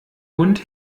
hund